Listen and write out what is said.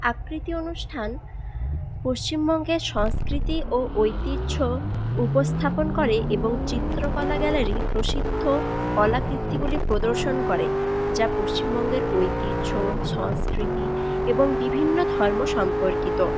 আকৃতি অনুষ্ঠান পশ্চিমবঙ্গের সংস্কৃতি ও ঐতিহ্য উপস্থাপন করে এবং চিত্রকলা গ্যালারি প্রসিদ্ধ কলাকৃতিগুলি প্রদর্শন করে যা পশ্চিমবঙ্গের ঐতিহ্য সংস্কৃতি এবং বিভিন্ন ধর্ম সম্পর্কিত